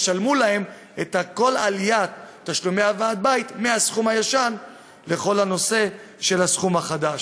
ישלמו להם את כל עליית תשלומי ועד הבית מהסכום הישן לכל הסכום החדש.